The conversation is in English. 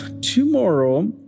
tomorrow